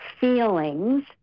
feelings